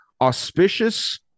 auspicious